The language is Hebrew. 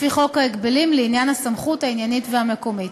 לפי חוק ההגבלים לעניין הסמכות העניינית והמקומית.